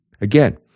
Again